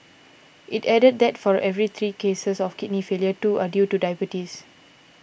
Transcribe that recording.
it added that for every three cases of kidney failure two are due to diabetes